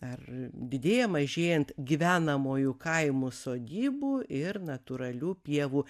ar didėja mažėjant gyvenamųjų kaimų sodybų ir natūralių pievų